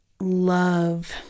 Love